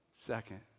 second